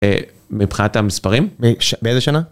מבחינת המספרים באיזה שנה?